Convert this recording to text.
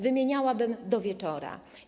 Wymieniałabym do wieczora.